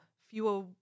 fewer